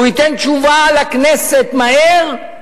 והוא ייתן מהר תשובה לכנסת ולציבור.